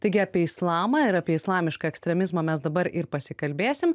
taigi apie islamą ir apie islamišką ekstremizmą mes dabar ir pasikalbėsim